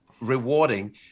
rewarding